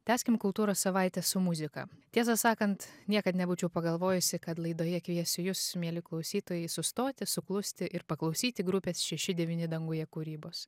tęskim kultūros savaitę su muzika tiesą sakant niekad nebūčiau pagalvojusi kad laidoje kviesiu jus mieli klausytojai sustoti suklusti ir paklausyti grupės šeši devyni danguje kūrybos